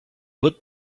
would